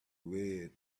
red